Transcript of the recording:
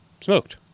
smoked